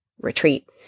retreat